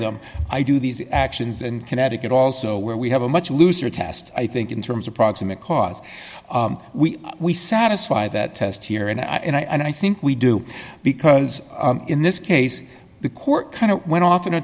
them i do these actions in connecticut also where we have a much looser test i think in terms of proximate cause we we satisfy that test here and i think we do because in this case the court kind of went off in a